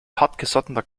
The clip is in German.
hartgesottener